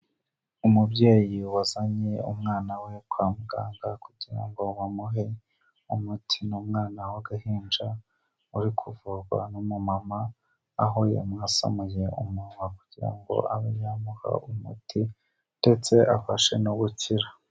Umubyeyi wazanye umwana we kwa muganga kugira ngo bamuhe, umuti umwana w'agahinja, wari kuvurwa n'umumama, aho yamwasamuye umunwa kugira ngo abe yamuha umuti, ndetse afashe no gukira.